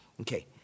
Okay